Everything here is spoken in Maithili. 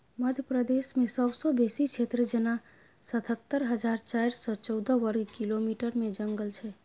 मध्य प्रदेशमे सबसँ बेसी क्षेत्र जेना सतहत्तर हजार चारि सय चौदह बर्ग किलोमीटरमे जंगल छै